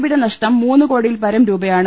B യുടെ നഷ്ടം മൂന്നുകോടിയിൽ പരം രൂപയാണ്